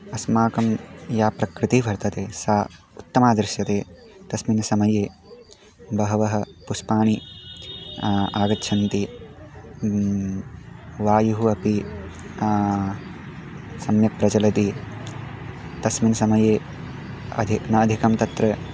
अस्माकं या प्रकृतिः वर्तते सा उत्तमा दृश्यते तस्मिन् समये बहूनि पुष्पाणि आगच्छन्ति वायुः अपि सम्यक् प्रचलति तस्मिन् समये अधिकं नाधिकं तत्र